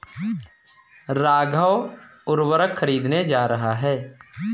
राघव उर्वरक खरीदने जा रहा है